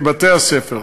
ובבתי-הספר.